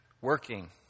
working